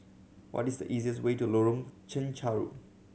what is the easiest way to Lorong Chencharu